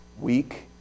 Weak